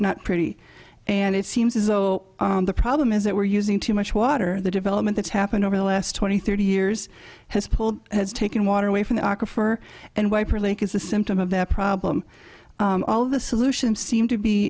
not pretty and it seems as though the problem is that we're using too much water the development that's happened over the last twenty thirty years has pulled has taken water away from the aquifer and wiper lake is a symptom of that problem all of the solutions seem to be